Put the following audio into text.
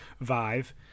Vive